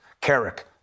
Carrick